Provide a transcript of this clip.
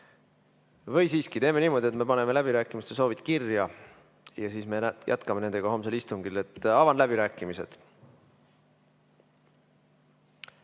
Või siiski, teeme niimoodi, et me paneme läbirääkimiste soovid kirja ja siis me jätkame nendega homsel istungil. Avan läbirääkimised.